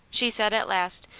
she said, at last,